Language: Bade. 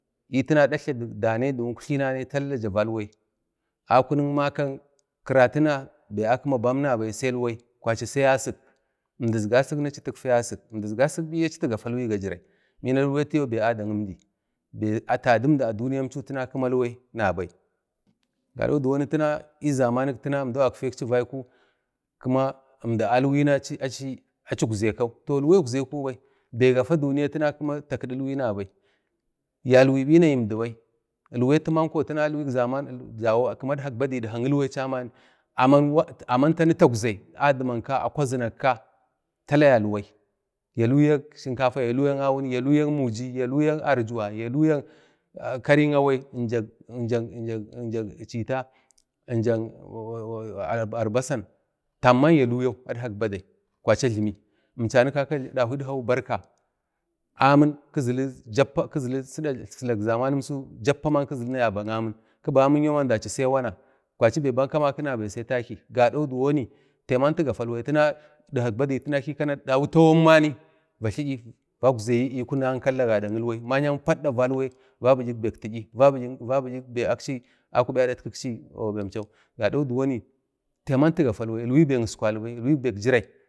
ni tina daktla danai dik tlna ja valwa akunik makak karatina bai akima nabai sai ilwai sai asik əmdi izga asik ni titfe asik əmdi izga asik biyi tigafa ilwai ga firai bina ilwai atiyo adak əmdi bai tadi əmdi a duniyatku kuma jlwai nabai gado diwoni tina əzamani tina əmdu gakfai vaiku əmdi alwani kima achi ukzekau ilwai zu ukzeku bai bai gafa duniya gima ilwai nabai yalwibina gi əmdibai ilwai atmanko tina ilwik zaman vilawaw adhkak badai idka kilwai chaman, aman tani taukzi a dunanka, a kwazinka ka tala yalwai ya luyak shinkafa, ya luyak Awun, ya luyak muji, ya luyak Arjuwa, ya luyak karain Awai jak jak jak chita, jak Arbasan tamman ya luyau adkak badai kwachi a jlimi imchani kaka dakwi idkawu barka amin kijlidu silak zamaninchau jappa ba yaba amin kiba amin yauba daci sai wanna bai bam kamaki nabai sai Taki gado diwoni taiba tigafa ilwai tina idkak badai dawu tawan maniva tli'yi vaukazaiyi adkak ankalti gada ilwai va bi'yik baik ti'yi va bi'yik febai va kube adadtkisi baimcho gado diwoni taiman tigafa jlwai, jlwai bek iskwali bai ilwai bek jirai